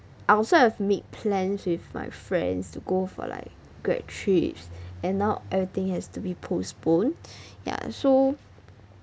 I also have made plans with my friends to go for like grad~ trips and now everything has to be postponed ya so